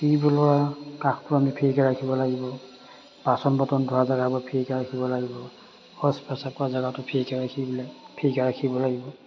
কাষটো আমি ফ্ৰীকে ৰাখিব লাগিব বাচন বৰ্তন ধোৱা জেগাবোৰ ফ্ৰীকে ৰাখিব লাগিব শৌচ পেচাব কৰা জেগাটো ফ্ৰীকে ৰাখিবলে ফ্ৰীকে ৰাখিব লাগিব